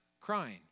crying